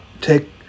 take